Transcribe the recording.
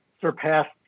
surpassed